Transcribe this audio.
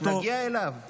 כשנגיע אליו.